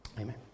Amen